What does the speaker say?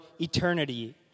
eternity